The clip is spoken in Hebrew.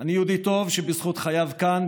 אני יהודי טוב שבזכות חייו כאן,